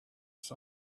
sun